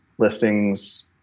listings